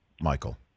Michael